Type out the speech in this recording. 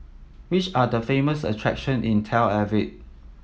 which are the famous attraction in Tel Aviv